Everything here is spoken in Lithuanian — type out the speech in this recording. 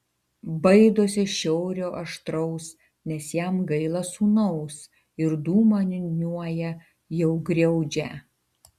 baidosi šiaurio aštraus nes jam gaila sūnaus ir dūmą niūniuoja jau griaudžią